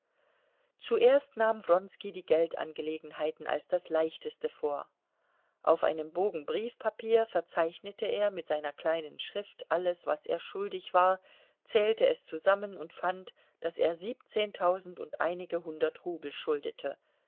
zuerst nahm wronski die geldangelegenheiten als das leichteste vor auf einem bogen briefpapier verzeichnete er mit seiner kleinen schrift alles was er schuldig war zählte es zusammen und fand daß er siebzehntausend und einige hundert rubel schuldete